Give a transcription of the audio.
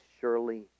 surely